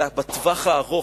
אלא לטווח הארוך,